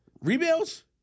Rebels